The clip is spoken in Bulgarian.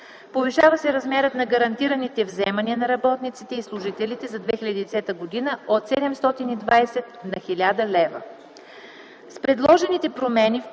повишава се размерът на гарантираните вземания на работниците и служителите за 2010 г. от 720 лв. на 1000 лв.